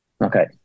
Okay